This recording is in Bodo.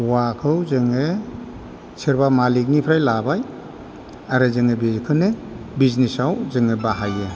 औवाखौ जोङो सोरबा मालिकनिफ्राय लाबाय आरो जोङो बेखौनो बिजनेसाव जोङो बाहायो